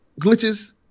glitches